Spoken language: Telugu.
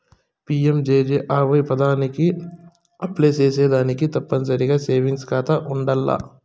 పి.యం.జే.జే.ఆ.వై పదకానికి అప్లై సేసేదానికి తప్పనిసరిగా సేవింగ్స్ కాతా ఉండాల్ల